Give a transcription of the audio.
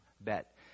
bet